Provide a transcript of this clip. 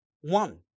One